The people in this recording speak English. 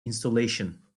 installation